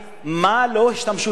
מה לא השתמשו שמה?